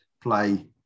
play